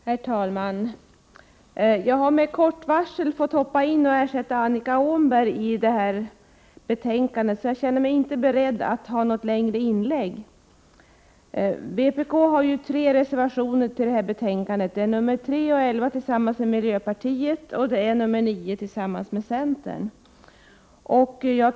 Herr talman! Jag har med kort varsel fått hoppa in i stället för Annika Åhnberg i denna debatt. Jag är därför inte beredd på något längre inlägg. Det finns tre reservationer av vpk i detta betänkande, nämligen reservationerna 3 och 11 som vi har avgivit tillsammans med miljöpartiet och reservation 9 som vi och centern står bakom.